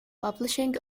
publishing